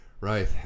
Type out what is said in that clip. right